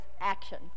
action